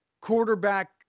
quarterback